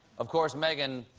of course, megan,